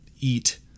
eat